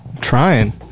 Trying